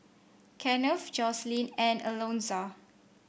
Kennth Jocelyn and Alonza